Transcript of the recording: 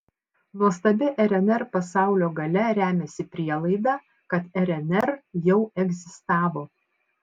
nuostabi rnr pasaulio galia remiasi prielaida kad rnr jau egzistavo